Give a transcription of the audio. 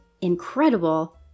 incredible